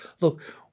look